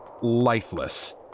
lifeless